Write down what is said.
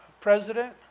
president